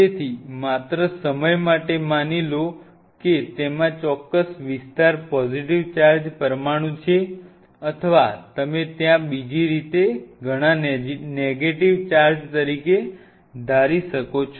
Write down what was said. તેથી માત્ર સમય માટે માની લો કે તેમાં ચોક્કસ વિસ્તાર પોઝિટીવ ચાર્જ પરમાણુ છે અથવા તમે ત્યાં બીજી રીતે ઘણા નેગેટીવ ચાર્જ તરીકે ધારી શકો છો